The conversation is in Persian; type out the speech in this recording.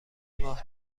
ماه